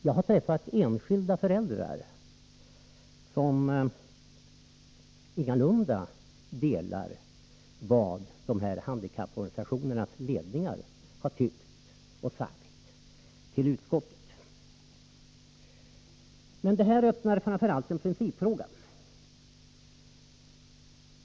Jag har träffat enskilda föräldrar som ingalunda instämmer i vad de här handikapporganisationernas ledningar har tyckt och sagt till utskottet. Men det här öppnar framför allt en principfråga.